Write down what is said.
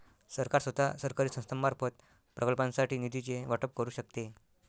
सरकार स्वतः, सरकारी संस्थांमार्फत, प्रकल्पांसाठी निधीचे वाटप करू शकते